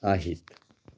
आहेत